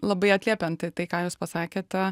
labai atliepiant tai tai ką jūs pasakėte